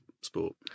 sport